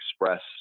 express